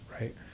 right